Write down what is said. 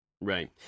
Right